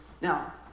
Now